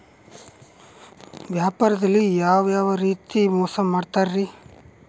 ವ್ಯಾಪಾರದಲ್ಲಿ ಯಾವ್ಯಾವ ರೇತಿ ಮೋಸ ಮಾಡ್ತಾರ್ರಿ?